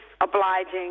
obliging